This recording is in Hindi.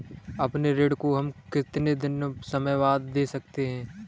अपने ऋण को हम कितने समय बाद दे सकते हैं?